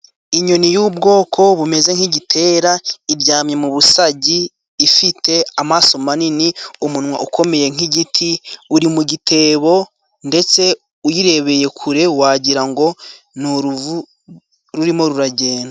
Inyoni y'ubwoko bumeze nk'igitera, iryamye mu busagi. Ifite amaso manini, umunwa ukomeye nk'giti, uri mu gitebo ndetse uyirebeye kure wagira ngo, ni uruvu rurimo ruragenda.